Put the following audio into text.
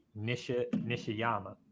Nishiyama